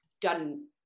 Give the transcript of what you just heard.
done